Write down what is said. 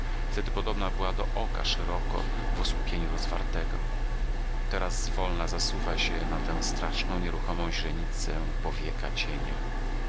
podobna była do oka szeroko w osłupieniu rozwartego teraz zwolna zasuwa się na tę straszną nieruchomą źrenicę powieka cieniu